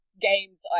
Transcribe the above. games